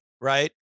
right